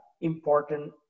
important